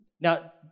Now